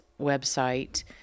website